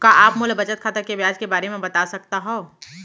का आप मोला मोर बचत खाता के ब्याज के बारे म बता सकता हव?